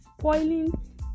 Spoiling